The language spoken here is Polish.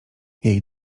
jej